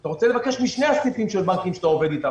אתה רוצה לבקש משני הסניפים של הבנקים שאתה עובד איתם,